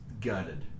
gutted